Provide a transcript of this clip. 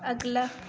اگلا